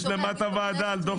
יש במקביל דיון על דוח